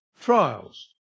trials